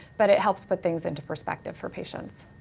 but it helps put things into perspective for patients.